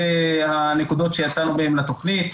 אלה הנקודות שיצאנו איתן לתכנית.